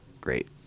great